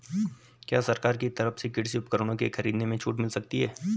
क्या सरकार की तरफ से कृषि उपकरणों के खरीदने में छूट मिलती है?